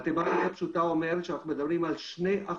מתמטיקה פשוטה אומרת שאנחנו מדברים על 2%,